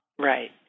Right